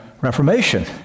Reformation